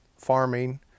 farming